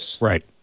Right